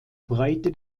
breite